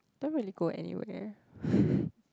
don't really go anywhere